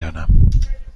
دانم